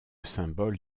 symbole